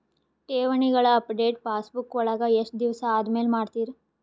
ಠೇವಣಿಗಳ update passbook ವಳಗ ಎಷ್ಟ ದಿವಸ ಆದಮೇಲೆ ಮಾಡ್ತಿರ್?